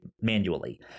manually